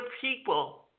people